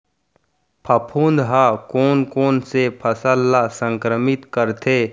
फफूंद ह कोन कोन से फसल ल संक्रमित करथे?